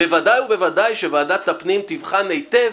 בוודאי ובוודאי שוועדת הפנים תבחן היטב